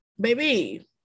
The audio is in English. baby